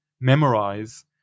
memorize